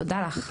תודה לך.